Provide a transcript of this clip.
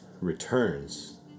returns